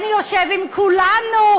אני יושב עם כולנו,